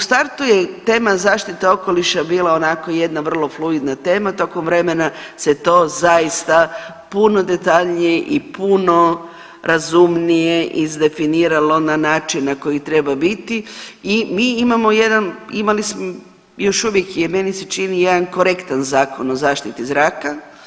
U startu je tema zaštita okoliša bila onako jedna vrlo fluidna tema tokom vremena se to zaista puno detaljnije i puno razumnije izdefiniralo na način na koji treba biti i mi imamo jedan, još uvijek je meni se čini jedan korektan Zakon o zaštiti zraka.